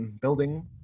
building